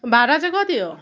भाडा चाहिँ कति हो